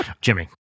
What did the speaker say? Jimmy